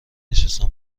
نشستن